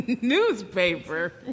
Newspaper